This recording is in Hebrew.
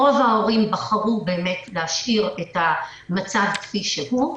רוב ההורים בחרו באמת להשאיר את המצב כפי שהוא.